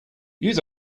use